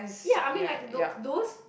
ya I mean like those those